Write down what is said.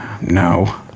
no